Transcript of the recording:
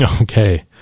Okay